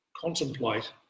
contemplate